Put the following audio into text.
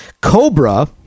Cobra